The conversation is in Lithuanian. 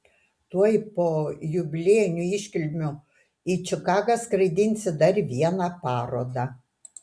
tuoj po jubiliejinių iškilmių į čikagą skraidinsi dar vieną parodą